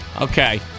okay